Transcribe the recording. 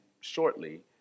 shortly